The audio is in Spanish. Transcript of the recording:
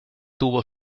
tuvo